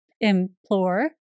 implore